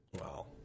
Wow